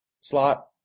slot